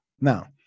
Now